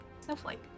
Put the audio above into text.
snowflake